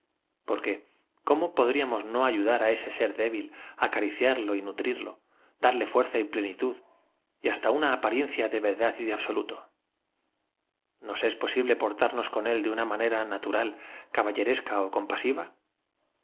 porque cómo podríamos no ayudar á e e ser débil acariciarlo y nutrirlo darle fuerza y pienitu d y h a s ta u n a apariencia de verdad y de absoluto nos es posible portarnos con é l de una manera natu ral caballeresca ó compasiva